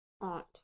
Aunt